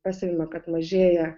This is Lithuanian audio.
pastebima kad mažėja